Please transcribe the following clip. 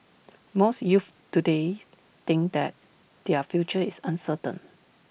most youths today think that their future is uncertain